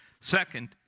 Second